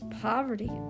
poverty